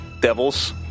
devils